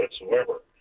whatsoever